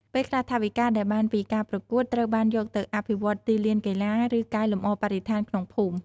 ពេលខ្លះ ថវិកាដែលបានពីការប្រកួតត្រូវបានយកទៅអភិវឌ្ឍទីលានកីឡា ឬកែលម្អបរិស្ថានក្នុងភូមិ។